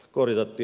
ikonen otti